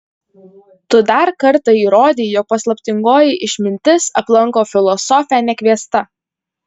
tu dar kartą įrodei jog paslaptingoji išmintis aplanko filosofę nekviesta